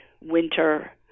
winter